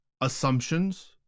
assumptions